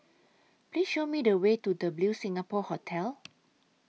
Please Show Me The Way to W Singapore Hotel